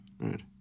right